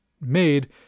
made